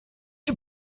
you